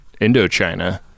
Indochina